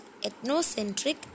ethnocentric